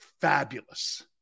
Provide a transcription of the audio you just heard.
fabulous